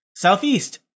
Southeast